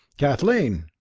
kathleen!